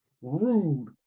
rude